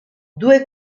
due